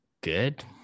good